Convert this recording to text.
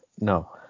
No